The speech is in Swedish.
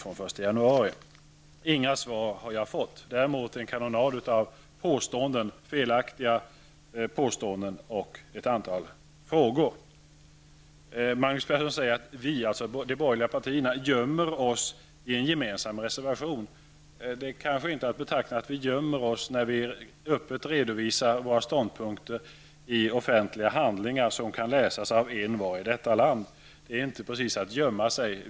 På detta har jag inte fått några svar men däremot en kanonad av felaktiga påståenden och ett antal frågor. Magnus Persson säger att de borgerliga partierna gömmer sig i en gemensam reservation. Det är kanske inte att betrakta som att vi gömmer oss när vi öppet redovisar våra ståndpunkter i offentliga handlingar som kan läsas av envar i detta land. Det är inte precis att gömma sig.